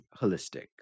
holistic